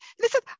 Listen